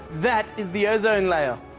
that is the ozone layer.